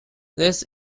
this